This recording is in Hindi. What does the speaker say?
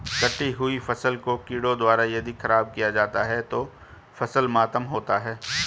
कटी हुयी फसल को कीड़ों द्वारा यदि ख़राब किया जाता है तो फसल मातम होता है